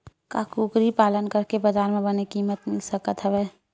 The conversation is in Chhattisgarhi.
का कुकरी पालन करके बजार म बने किमत मिल सकत हवय?